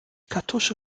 kartusche